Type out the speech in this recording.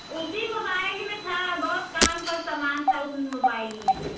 उसी मोबाइल में था बहुत काम का सामान था उस मोबाइल में